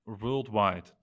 worldwide